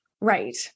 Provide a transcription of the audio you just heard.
right